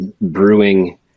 brewing